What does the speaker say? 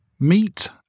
Meet